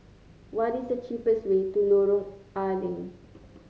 what is the cheapest way to Lorong A Leng